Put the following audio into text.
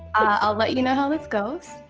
i'll let you know how this goes.